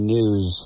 News